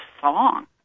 song